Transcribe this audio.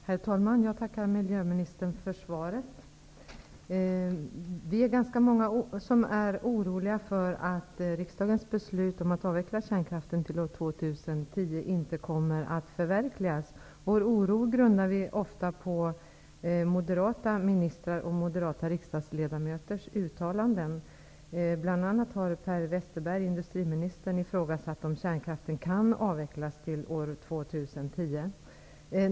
Herr talman! Jag tackar miljöministern för svaret. Vi är ganska många som är oroliga för att riksdagens beslut om att avveckla kärnkraften till år 2010 inte kommer att förverkligas. Denna oro grundar vi ofta på moderata ministrars och moderata riksdagsledamöters uttalanden. Näringsminister Per Westerberg har bl.a. ifrågasatt om kärnkraften kan avvecklas till år 2010.